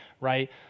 right